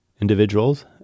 Individuals